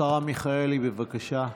השרה מיכאלי, בבקשה.